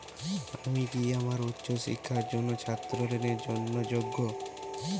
আমি কি আমার উচ্চ শিক্ষার জন্য ছাত্র ঋণের জন্য যোগ্য?